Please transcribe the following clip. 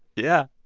yeah,